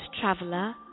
traveler